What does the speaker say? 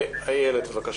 איילת, בבקשה.